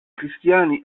cristiani